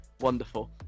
Wonderful